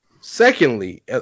secondly